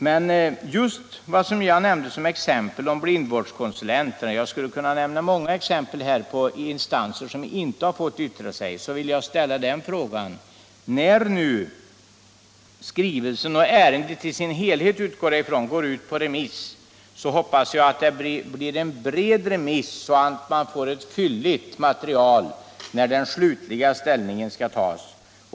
Men när skrivelsen från länsstyrelsen — och ärendet i sin helhet, utgår jag ifrån — sänts ut på remiss, vill jag med tanke på vad jag nyss nämnde om blindvårdskonsulenterna — jag skulle kunna nämna många andra instanser, som inte fått yttra sig — uttala förhoppningen att det blir en bred remiss, så att man har ett fylligt material när den slutliga ställningen skall tas.